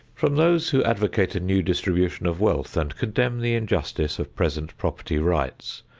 from those who advocate a new distribution of wealth and condemn the injustice of present property rights,